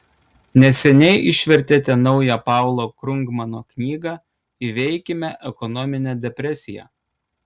neseniai išvertėte naują paulo krugmano knygą įveikime ekonominę depresiją